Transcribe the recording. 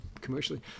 commercially